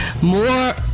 More